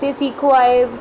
से सिखियो आहे